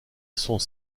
sont